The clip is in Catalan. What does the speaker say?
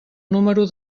número